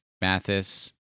Mathis